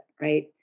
right